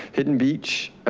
hidden beach,